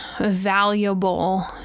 valuable